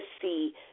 see